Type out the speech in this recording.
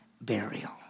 burial